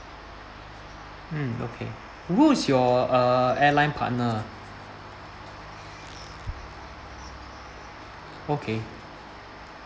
mm okay who's your uh airline partner okay